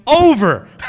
over